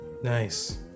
Nice